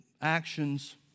actions